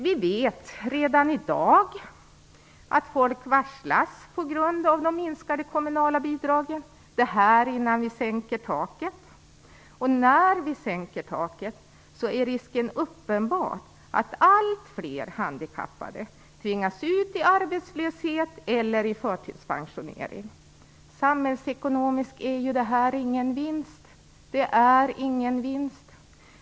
Vi vet redan i dag att människor varslas på grund av de minskade kommunala bidragen. Det är här innan vi sänker taket. När vi sänker taket är risken uppenbar att allt fler handikappade tvingas ut i arbetslöshet eller i förtidspensionering. Samhällsekonomiskt är detta ingen vinst.